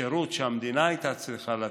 זה שירות שהמדינה הייתה צריכה לתת,